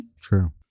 True